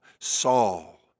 Saul